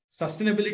sustainability